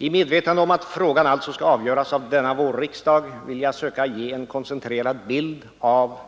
I medvetande om att frågan alltså skall avgöras av denna vårriksdag vill jag försöka ge en koncentrerad bild av